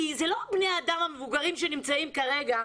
כי אלה לא בני האדם המבוגרים שנמצאים כרגע,